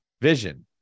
vision